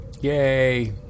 Yay